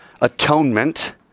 atonement